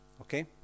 okay